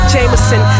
Jameson